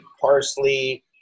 parsley